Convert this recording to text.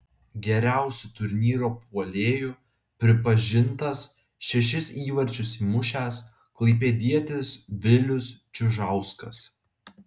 geriausiu turnyro puolėju pripažintas šešis įvarčius įmušęs klaipėdietis vilius čiužauskas